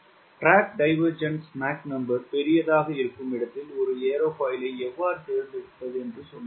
MDD பெரியதாக இருக்கும் இடத்தில் ஒரு ஏரோஃபாயிலை எவ்வாறு தேர்ந்தெடுப்பது என்று சொல்லுங்கள்